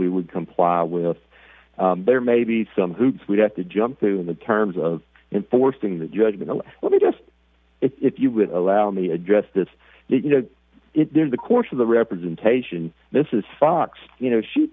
we would comply with there may be some hoops we have to jump through in the terms of enforcing the judgment let me just if you would allow me to address this you know the course of the representation this is fox you know she